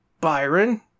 Byron